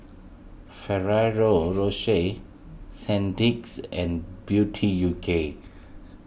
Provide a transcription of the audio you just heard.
Ferrero Rocher Sandisk and Beauty U K